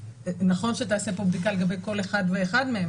נכון שתיעשה פה בדיקה לגבי כל אחד ואחד מהם,